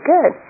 Good